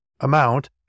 amount